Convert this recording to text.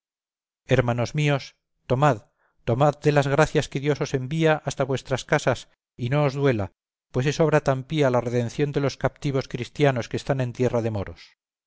hermanos míos tomad tomad de las gracias que dios os envía hasta vuestras casas y no os duela pues es obra tan pía la redención de los captivos cristianos que están en tierra de moros